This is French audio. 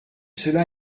cela